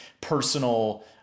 personal